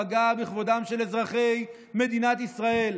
הוא פגע בכבודם של אזרחי מדינת ישראל.